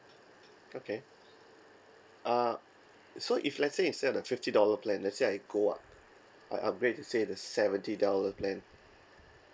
okay uh so if let's say instead of the fifty dollar plan let's say I go up I upgrade to say the seventy dollar plan